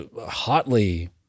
hotly